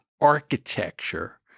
architecture